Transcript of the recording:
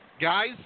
Guys